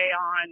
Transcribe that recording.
on